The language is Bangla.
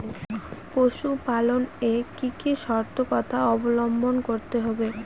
পশুপালন এ কি কি সর্তকতা অবলম্বন করতে হবে?